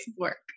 work